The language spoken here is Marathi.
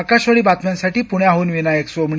आकाशवाणी बातम्यांसाठी पुण्याहून विनायक सोमणी